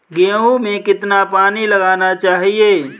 गेहूँ में कितना पानी लगाना चाहिए?